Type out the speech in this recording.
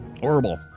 horrible